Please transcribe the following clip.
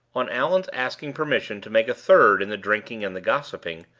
on allan's asking permission to make a third in the drinking and the gossiping,